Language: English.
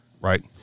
right